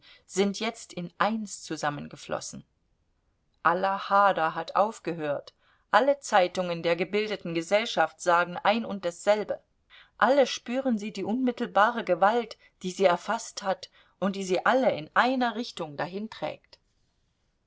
sind jetzt in eins zusammengeflossen aller hader hat aufgehört alle zeitungen der gebildeten gesellschaft sagen ein und dasselbe alle spüren sie die unmittelbare gewalt die sie erfaßt hat und sie alle in einer richtung